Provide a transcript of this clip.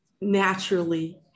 naturally